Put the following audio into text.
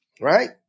right